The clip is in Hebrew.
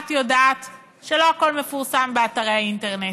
את יודעת שלא הכול מפורסם באתרי האינטרנט.